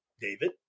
David